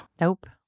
Nope